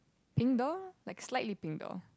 pink door like slightly pink door